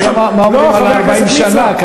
אתה יודע מה נאמר על 40 שנה?